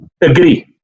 agree